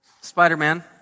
Spider-Man